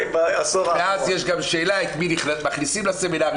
ואז יש גם שאלה את מי מכניסים לסמינרים,